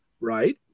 right